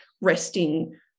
resting